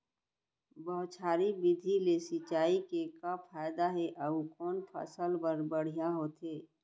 बौछारी विधि ले सिंचाई के का फायदा हे अऊ कोन फसल बर बढ़िया होथे?